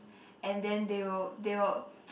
and then they will they will